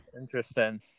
Interesting